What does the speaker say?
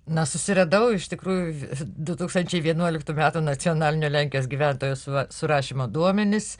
na susiradau iš tikrųjų du tūkstančiai vienuoliktų metų nacionalinio lenkijos gyventojų surašymo duomenis